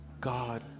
God